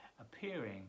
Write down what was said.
appearing